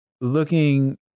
looking